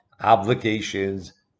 obligations